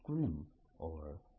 V140 p r rr r3 dpp r dV dV140p r dv